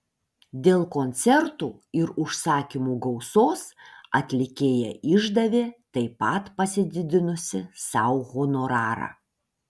dėl koncertų ir užsakymų gausos atlikėja išdavė taip pat pasididinusi sau honorarą